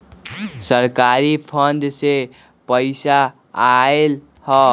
सरकारी फंड से पईसा आयल ह?